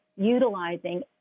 utilizing